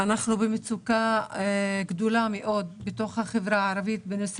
אנחנו במצוקה גדולה מאוד בחברה הערבית בכל הנוגע